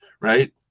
right